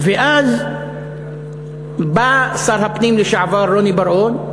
ואז בא שר הפנים לשעבר רוני בר-און,